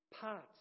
parts